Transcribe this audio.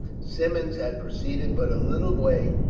symmonds had proceeded but a little way,